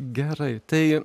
gerai tai